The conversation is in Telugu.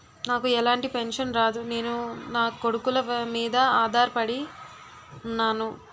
నాకు ఎలాంటి పెన్షన్ రాదు నేను నాకొడుకుల మీద ఆధార్ పడి ఉన్నాను